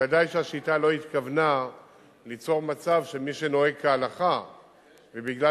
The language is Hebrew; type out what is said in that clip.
ודאי שהשיטה לא התכוונה ליצור מצב שמי שנוהג כהלכה ובגלל